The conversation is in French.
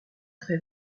trait